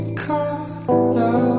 color